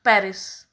Paris